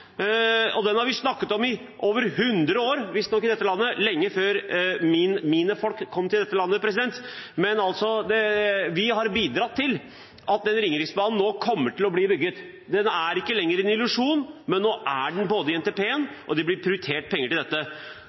har vi visstnok snakket om i over hundre år i dette landet, lenge før mine folk kom hit. Vi har bidratt til at Ringeriksbanen nå kommer til å bli bygget. Den er ikke lenger en illusjon, nå er den både i NTP-en og blir prioritert penger til.